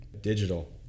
digital